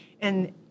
And-